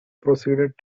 proceeded